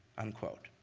unquote.